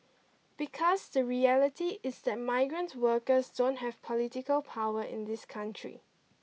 because the reality is that migrant workers don't have political power in this country